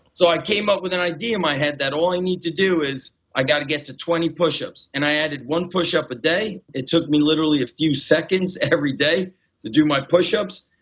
so i came up with an idea in my head that all i need to do is i got to get to twenty push ups, and i added one push up a day. it took me literally a few seconds every day to do my push ups.